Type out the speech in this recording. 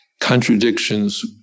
contradictions